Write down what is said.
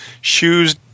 shoes